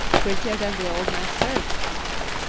prettier than the old masters, uncle?